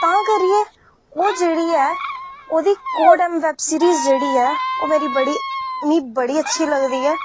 तां करियै ओह् जेह्ड़ी ऐ ओह्दी कोडऐम्म वैब सीरिज़ जेह्ड़ी ऐ ओह् मेरी बड़ी मिगी बड़ी अच्छी लगदी ऐ